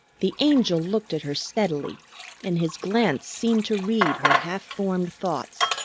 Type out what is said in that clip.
the angel looked at her steadily and his glance seemed to read her half-formed thoughts.